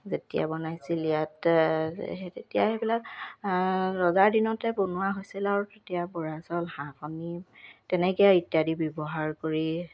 যেতিয়া বনাইছিল ইয়াত সেই তেতিয়া সেইবিলাক ৰজাৰ দিনতে বনোৱা হৈছিল আৰু তেতিয়া বৰা চাউল হাঁহ কণী তেনেকে ইত্যাদি ব্যৱহাৰ কৰি